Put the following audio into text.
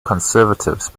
conservatives